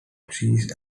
trees